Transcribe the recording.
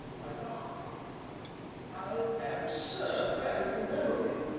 my god i am sir peregrine beverley!